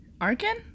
Arkin